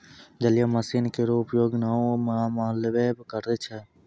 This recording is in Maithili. जलीय मसीन केरो उपयोग नाव म मल्हबे करै छै?